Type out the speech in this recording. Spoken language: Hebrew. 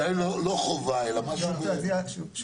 אולי לא חובה אלא משהו --- אני רוצה להציע שהוא